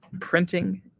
printing